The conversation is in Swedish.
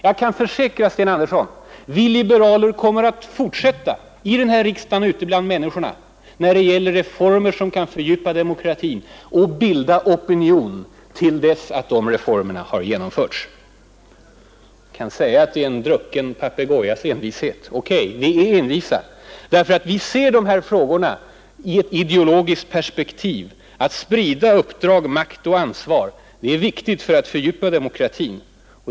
Jag kan försäkra herr Sten Andersson att vi liberaler kommer att fortsätta — här i riksdagen och ute bland människorna — att arbeta för reformer som kan fördjupa demokratin och bilda opinion, till dess de reformerna har genomförts. Herr Andersson kan säga att vi visar en ”drucken papegojas envishet”. Visst är vi envisa: vi ser de här frågorna i ett ideologiskt perspektiv. Att sprida uppdrag, makt och ansvar är viktigt för att fördjupa demokratin.